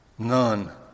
None